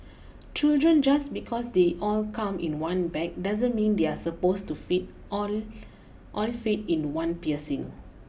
children just because they all come in one bag doesn't mean they are supposed to fit all all fit in one piercing